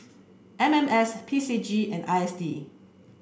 M M S P C G and I S D